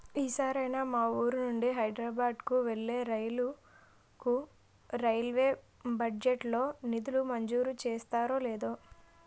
ఈ సారైనా మా వూరు నుండి హైదరబాద్ కు వెళ్ళే రైలుకు రైల్వే బడ్జెట్ లో నిధులు మంజూరు చేస్తారో లేదో